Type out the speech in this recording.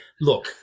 look